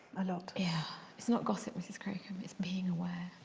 a lot. yeah it's not gossip mrs crocombe. it's being aware.